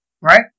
right